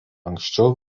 anksčiau